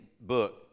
book